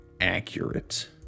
accurate